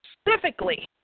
specifically